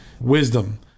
wisdom